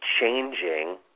changing